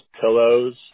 pillows